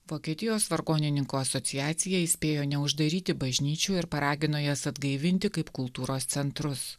vokietijos vargonininkų asociacija įspėjo neuždaryti bažnyčių ir paragino jas atgaivinti kaip kultūros centrus